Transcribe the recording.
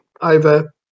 over